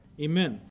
amen